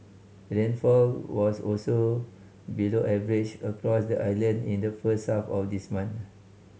rainfall was also below average across the island in the first half of this month